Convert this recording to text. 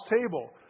table